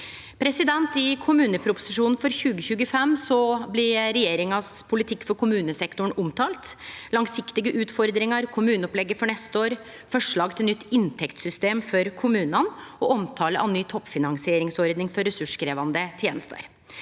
på. I kommuneproposisjonen for 2025 blir regjeringas politikk for kommunesektoren omtalt: langsiktige utfordringar, kommuneopplegget for neste år, forslag til nytt inntektssystem for kommunane og omtale av ny toppfinansieringsordning for ressurskrevjande tenester.